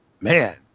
man